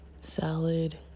salad